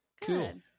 Cool